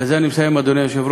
בזה אני מסיים, אדוני היושב-ראש,